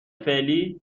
فعلی